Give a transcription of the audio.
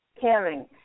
caring